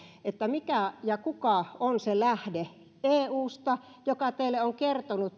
mikä ja kuka eusta on se lähde joka teille on kertonut